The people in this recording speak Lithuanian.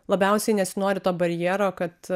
labiausiai nesinori to barjero kad